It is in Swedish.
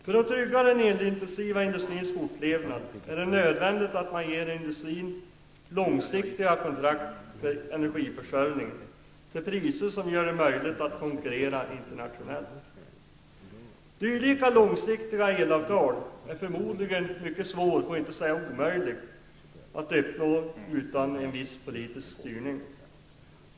För att trygga den elintensiva industrins fortlevnad är det nödvändigt att man ger industrin långsiktiga kontrakt för energiförsörjningen till priser som gör det möjligt att konkurrera internationellt. Dylika långsiktiga elavtal är förmodligen mycket svåra, för att inte säga omöjliga, att uppnå utan en viss politisk styrning.